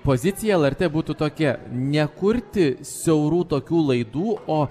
pozicija lrt būtų tokia nekurti siaurų tokių laidų o